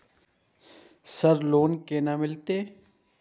Sir loan केना मिलते?